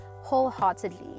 wholeheartedly